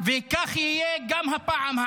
--- וכך יהיה גם הפעם.